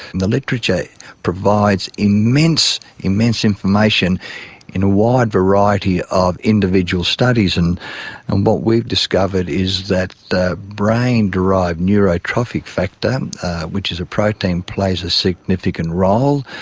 the literature provides immense immense information in a wide variety of individual studies. and and what we've discovered is that a brain derived neurotrophic factor which is a protein plays a significant role.